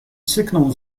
syknął